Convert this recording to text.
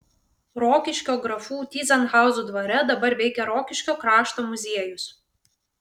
rokiškio grafų tyzenhauzų dvare dabar veikia rokiškio krašto muziejus